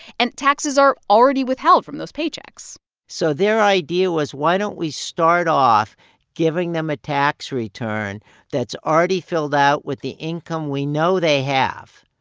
and taxes are already withheld from those paychecks so their idea was why don't we start off giving them a tax return that's already filled out with the income we know they have,